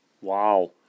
Wow